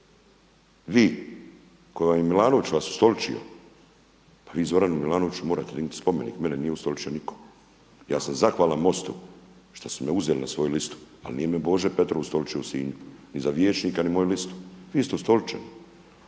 Vi, kojeg Milanović vas je ustoličio pa vi Zoranu Milanoviću morate dignuti spomenik. Mene nije ustoličio nitko. Ja sam zahvalan Mostu što su me uzeli na svoju listu, ali nije me Božo Petrov ustoličio u Sinju niti za vijećnika niti za moju listu. Vi ste ustoličeni,